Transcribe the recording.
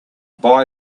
buy